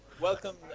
welcome